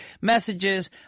Messages